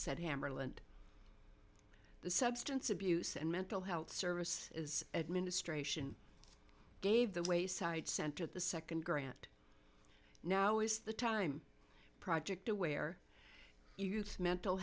said hammarlund the substance abuse and mental health service is administration gave the wayside center the second grant now is the time project aware youth mental